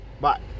bye